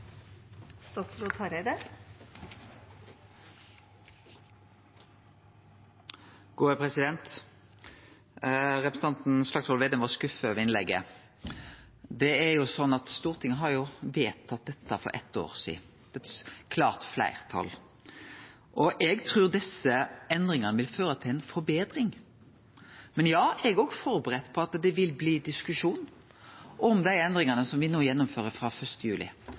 Representanten Slagsvold Vedum var skuffa over innlegget. Stortinget vedtok jo dette for eit år sidan med eit klart fleirtal. Eg trur desse endringane vil føre til ei forbetring, men eg er òg førebudd på at det vil bli diskusjon om dei endringane me no gjennomfører frå 1. juli.